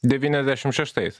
devyniasdešim šeštais